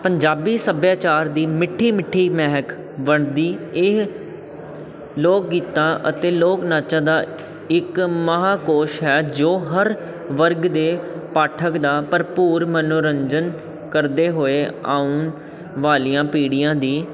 ਪੰਜਾਬੀ ਸੱਭਿਆਚਾਰ ਦੀ ਮਿੱਠੀ ਮਿੱਠੀ ਮਹਿਕ ਬਣਦੀ ਇਹ ਲੋਕ ਗੀਤਾਂ ਅਤੇ ਲੋਕ ਨਾਚਾਂ ਦਾ ਇੱਕ ਮਹਾਕੋਸ਼ ਹੈ ਜੋ ਹਰ ਵਰਗ ਦੇ ਪਾਠਕ ਦਾ ਭਰਪੂਰ ਮਨੋਰੰਜਨ ਕਰਦੇ ਹੋਏ ਆਉਣ ਵਾਲੀਆਂ ਪੀੜ੍ਹੀਆਂ ਦੀ